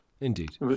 Indeed